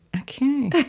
okay